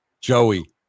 Joey